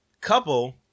couple